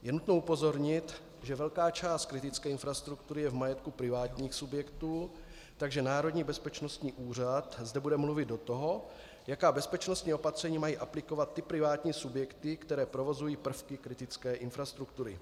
Je nutno upozornit, že velká část kritické infrastruktury je v majetku privátních subjektů, takže Národní bezpečnostní úřad zde bude mluvit do toho, jaká bezpečnostní opatření mají aplikovat ty privátní subjekty, které provozují prvky kritické infrastruktury.